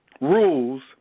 rules